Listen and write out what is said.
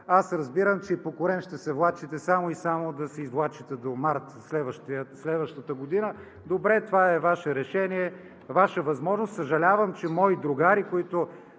Аз разбирам, че и по корем ще се влачите само и само да се извлачите до месец март следващата година. Добре, това е Ваше решение, Ваша възможност. Съжалявам, че мои другари, които